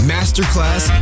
Masterclass